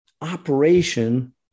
operation